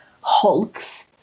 Hulks